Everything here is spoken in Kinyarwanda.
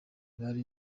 bari